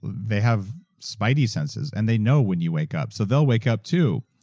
they have spidey senses and they know when you wake up, so they'll wake up, too.